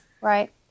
Right